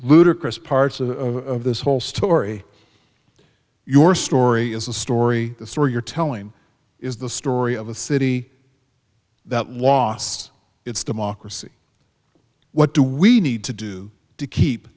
ludicrous parts of this whole story your story is a story the story you're telling is the story of a city that lost its democracy what do we need to do to keep